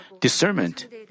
discernment